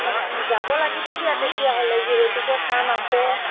যাব লাগিব দিয়া তেতিয়াহলে যিহেতুকে কাম আছে